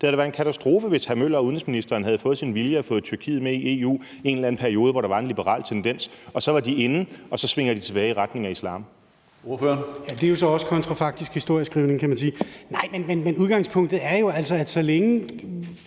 Det havde da været en katastrofe, hvis hr. Henrik Møller og udenrigsministeren havde fået deres vilje og fået Tyrkiet med i EU i en eller anden periode, hvor der var en liberal tendens, hvorefter de så svingede tilbage i retning af islam.